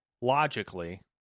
logically